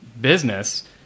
business